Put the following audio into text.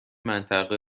منطقه